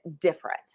different